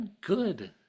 good